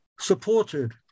supported